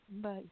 Bye